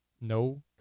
No